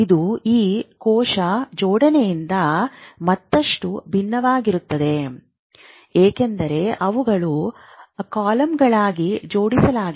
ಇದು ಈ ಕೋಶ ಜೋಡಣೆಯಿಂದ ಮತ್ತಷ್ಟು ಭಿನ್ನವಾಗಿರುತ್ತದೆ ಏಕೆಂದರೆ ಅವುಗಳನ್ನು ಕಾಲಮ್ಗಳಾಗಿ ಜೋಡಿಸಲಾಗಿದೆ